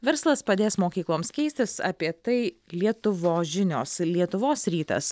verslas padės mokykloms keistis apie tai lietuvos žinios lietuvos rytas